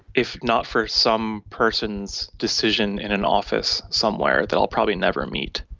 if not for some person's decision in an office somewhere that i'll probably never meet,